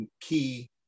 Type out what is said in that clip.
key